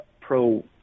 pro